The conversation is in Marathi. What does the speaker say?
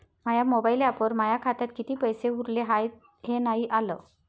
माया मोबाईल ॲपवर माया खात्यात किती पैसे उरले हाय हे नाही आलं